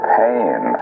pain